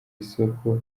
isoko